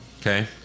Okay